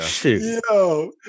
Yo